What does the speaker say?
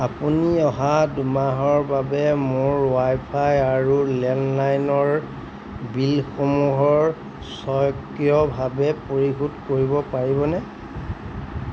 আপুনি অহা দুই মাহৰ বাবে মোৰ ৱাইফাই আৰু লেণ্ডলাইনৰ বিলসমূহৰ স্বয়ংক্ৰিয়ভাৱে পৰিশোধ কৰিব পাৰিবনে